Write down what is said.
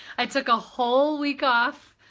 i took a whole week off,